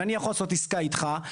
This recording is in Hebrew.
אני יכול לעשות עסקה איתך,